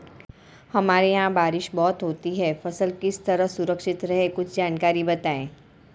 हमारे यहाँ बारिश बहुत होती है फसल किस तरह सुरक्षित रहे कुछ जानकारी बताएं?